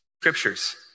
scriptures